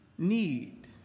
need